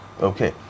Okay